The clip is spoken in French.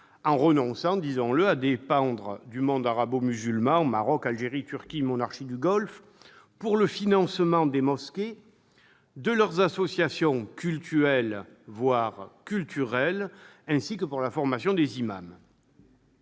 en sorte qu'il ne dépende plus du monde arabo-musulman- Maroc, Algérie, Turquie, monarchies du Golfe -pour le financement des mosquées et des associations cultuelles, voire culturelles, ainsi que pour la formation des imams.